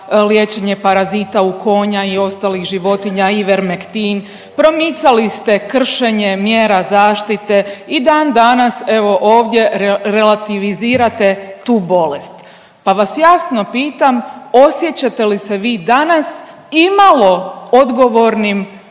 liječenje parazita u konja i ostalih životinja, Ivermektin. Promicali ste kršenje mjera zaštite. I dan danas evo ovdje relativizirate tu bolest, pa vas jasno pitam osjećate li se vi danas i malo odgovornim